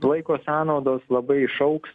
laiko sąnaudos labai išaugs